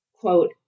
quote